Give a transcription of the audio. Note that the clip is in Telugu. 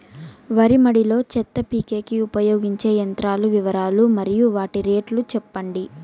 వరి మడి లో చెత్త పీకేకి ఉపయోగించే యంత్రాల వివరాలు మరియు వాటి రేట్లు చెప్పండి?